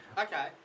Okay